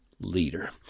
leader